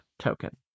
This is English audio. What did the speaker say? token